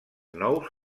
nous